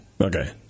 Okay